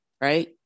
right